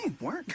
work